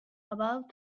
about